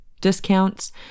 discounts